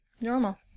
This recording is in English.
normal